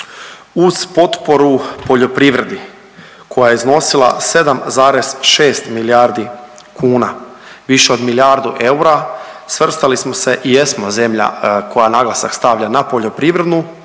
Uz potporu poljoprivredi koja je iznosila 7,6 milijardi kuna, više od milijardu eura, svrstali smo se i jesmo zemlja koja naglasak stavlja na poljoprivrednu